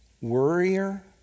worrier